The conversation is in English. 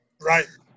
Right